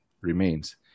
remains